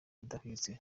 idahwitse